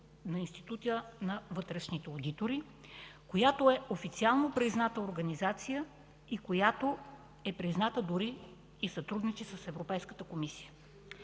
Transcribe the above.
на Института на вътрешните одитори, която е официално призната организация и дори сътрудничи с Европейската комисия.